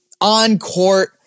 on-court